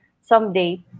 someday